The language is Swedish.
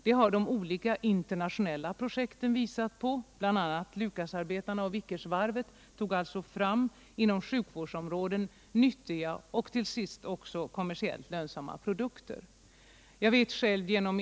Detta har de olika internationella projekten visat. Lucasarbetarna och Vickersvarvet har alltså tagit fram produkter inom sjukvårdsområdet som är nyttiga och som till sist också visat sig vara kommersiellt lönsamma.